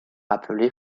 appelées